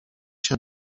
się